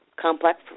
complex